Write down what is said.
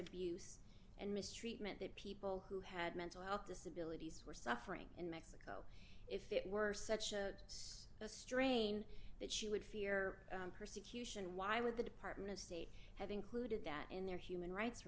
abuse and mistreatment that people who had mental health disabilities were suffering in if it were such a strain that she would fear persecution why would the department of state have included that in their human rights